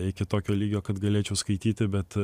iki tokio lygio kad galėčiau skaityti bet